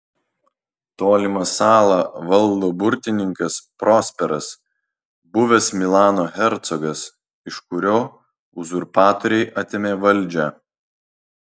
tolimą salą valdo burtininkas prosperas buvęs milano hercogas iš kurio uzurpatoriai atėmė valdžią